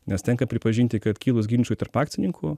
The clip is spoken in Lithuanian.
nes tenka pripažinti kad kilus ginčui tarp akcininkų